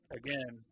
again